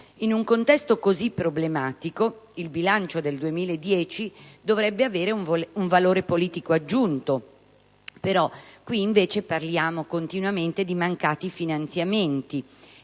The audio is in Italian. In un contesto così problematico il bilancio del 2010 dovrebbe avere un valore politico aggiunto, invece parliamo continuamente di mancati finanziamenti;